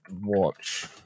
Watch